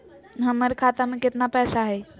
हमर खाता मे केतना पैसा हई?